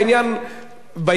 בעניין הזה, קריין.